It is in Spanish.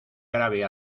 grave